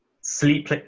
sleep